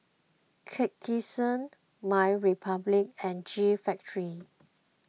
MyRepublic and G Factory